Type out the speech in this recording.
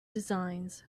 designs